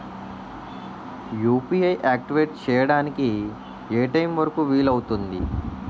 UPI activate చెయ్యడానికి ఏ time వరుకు వీలు అవుతుంది?